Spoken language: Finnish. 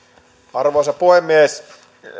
arvoisa puhemies